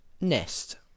NEST